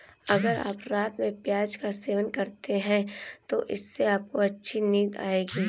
अगर आप रात में प्याज का सेवन करते हैं तो इससे आपको अच्छी नींद आएगी